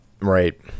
right